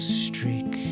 streak